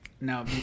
no